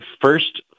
first